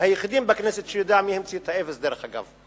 מהיחידים בכנסת שיודע מי המציא את האפס, דרך אגב.